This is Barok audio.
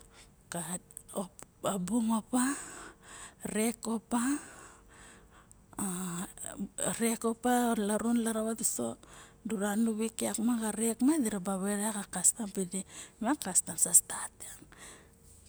Ka bung opa ka bek opa a rek opa larun larava uso dura na wik yak ma xa rek ma diraba vet yak a kastem tide ma kastam sa staf yak